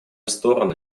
стороны